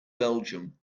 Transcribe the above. belgium